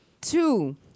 two